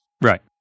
Right